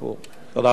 תודה רבה, אדוני.